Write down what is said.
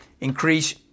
increase